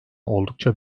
oldukça